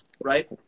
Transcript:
right